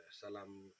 Salam